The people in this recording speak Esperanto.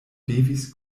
devis